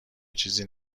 چیزی